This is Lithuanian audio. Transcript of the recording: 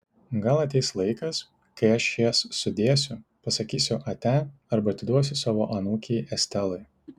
gal ateis laikas kai aš jas sudėsiu pasakysiu ate arba atiduosiu savo anūkei estelai